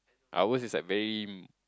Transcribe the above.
ours is like very